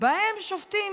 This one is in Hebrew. שופטים